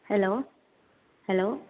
hello hello